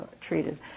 treated